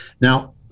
Now